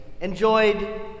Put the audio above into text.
enjoyed